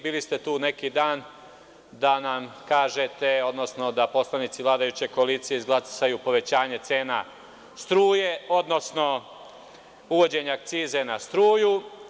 Bili ste tu neki dan da nam kažete, odnosno da poslanici vladajuće koalicije izglasaju povećanje cena struje, odnosno uvođenja akcize na struju.